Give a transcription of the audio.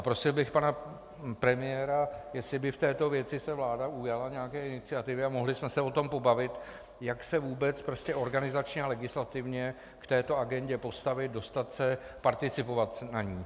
Prosil bych pana premiéra, jestli by se v této věci vláda ujala nějaké iniciativy a mohli jsme se o tom pobavit, jak se vůbec prostě organizačně a legislativně k této agendě postavit, dostat se, participovat na ní.